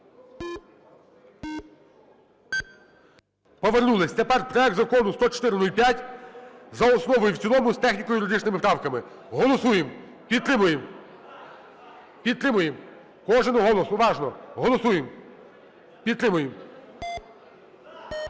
Повернулись. Тепер проект Закону 10405 – за основу і в цілому з техніко-юридичними правками. Голосуємо. Підтримуємо. Підтримуємо. Кожен голос! Уважно! Голосуємо, підтримуємо.